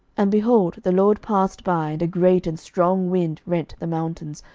and, behold, the lord passed by, and a great and strong wind rent the mountains,